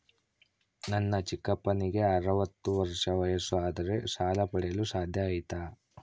ನನ್ನ ಚಿಕ್ಕಪ್ಪನಿಗೆ ಅರವತ್ತು ವರ್ಷ ವಯಸ್ಸು ಆದರೆ ಸಾಲ ಪಡೆಯಲು ಸಾಧ್ಯ ಐತಾ?